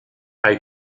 hay